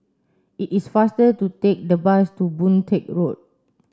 it is faster to take the bus to Boon Teck Road